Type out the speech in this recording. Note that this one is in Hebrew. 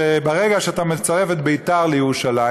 ברגע שאתה מצרף את ביתר לירושלים,